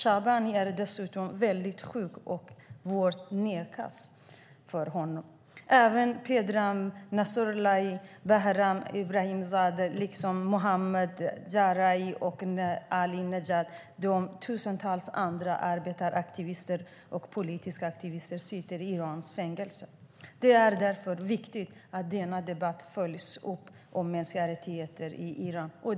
Han är dessutom mycket sjuk men nekas vård. Även Pedram Nassrollahi, Behnam Ebrahimzadeh, Mohammad Jarahi, Ali Nejati och tusentals andra arbetaraktivister och politiska aktivister sitter i Irans fängelser. Det är därför viktigt att denna debatt om mänskliga rättigheter i Iran följs upp.